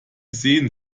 sehen